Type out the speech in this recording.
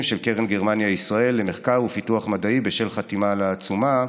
של קרן גרמניה-ישראל למחקר ופיתוח מדעי בשל חתימה על העצומה.